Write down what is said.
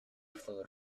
fluid